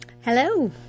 Hello